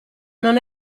non